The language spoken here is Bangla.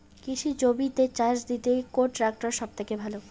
কৃষি জমিতে চাষ দিতে কোন ট্রাক্টর সবথেকে ভালো?